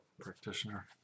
practitioner